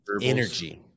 energy